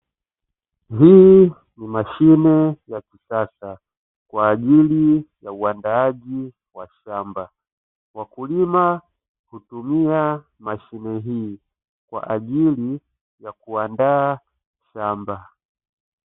Hii ni mashine ya kisasa kwa ajili ya uandaaji wa shamba. Wakulima hutumia mashine hii kwa ajili ya kuandaa shamba.